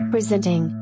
Presenting